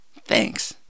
Thanks